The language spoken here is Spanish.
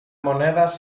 monedas